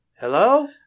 Hello